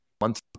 month